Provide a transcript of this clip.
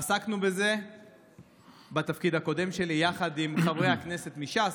עסקנו בזה בתפקיד הקודם שלי יחד עם חברי הכנסת מש"ס,